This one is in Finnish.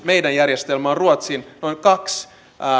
meidän järjestelmämme on ruotsiin verrattuna noin kaksi